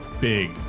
big